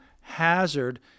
hazard